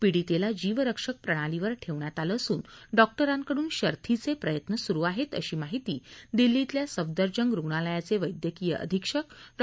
पीडितेला जीवरक्षक प्रणालीवर ठेवण्यात आलं असून डॉक्टरांकडून शर्थीचे प्रयत्न सुरु आहेत अशी माहिती दिल्लीतल्या सफदरजंग रुग्णालयाचे वैद्यकीय अधीक्षक डॉ